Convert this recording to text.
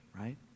right